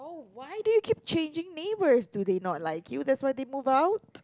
why do you keep changing neighbours do they not like you that's why they move out